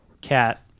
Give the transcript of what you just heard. cat